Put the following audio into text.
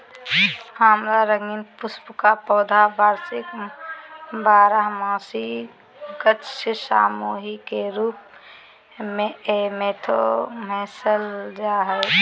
आँवला रंगीन पुष्प का पौधा वार्षिक बारहमासी गाछ सामूह के रूप मेऐमारैंथमानल जा हइ